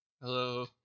Hello